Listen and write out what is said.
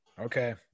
okay